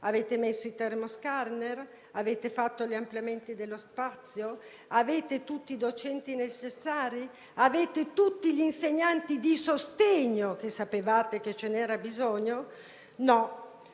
avete messo i *termoscanner*? Avete fatto ampliamenti degli spazi? Avete tutti i docenti necessari? Avete tutti gli insegnanti di sostegno, che sapevate essere necessari? No.